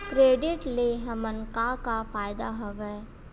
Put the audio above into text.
Credit ले हमन का का फ़ायदा हवय?